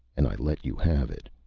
and i let you have it.